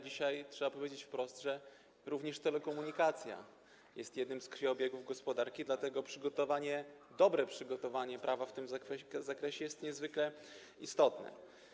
Dzisiaj trzeba powiedzieć wprost, że również telekomunikacja jest jednym z krwiobiegów gospodarki, dlatego dobre przygotowanie prawa w tym zakresie jest niezwykle istotne.